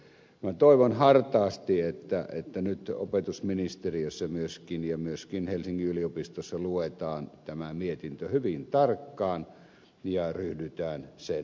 minä toivon hartaasti että nyt opetusministeriössä myöskin ja myöskin helsingin yliopistossa luetaan tämä mietintö hyvin tarkkaan ja ryhdytään sen